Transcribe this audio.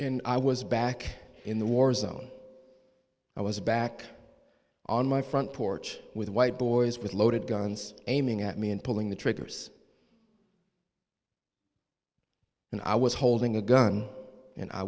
in i was back in the war zone i was back on my front porch with white boys with loaded guns aiming at me and pulling the triggers and i was holding a gun and i